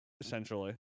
essentially